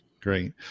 Great